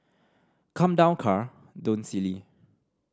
come down car don't silly